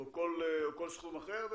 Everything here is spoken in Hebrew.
או כל סכום אחר.